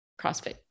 crossfit